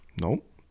Nope